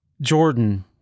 Jordan